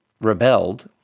rebelled